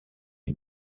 les